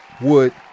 Wood